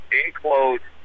enclosed